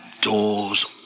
Doors